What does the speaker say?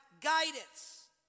guidance